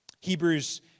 Hebrews